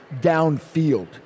downfield